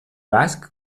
basc